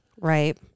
Right